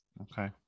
okay